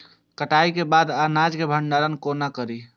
कटाई के बाद अनाज के भंडारण कोना करी?